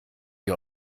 ihr